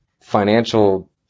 financial